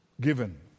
given